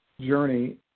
journey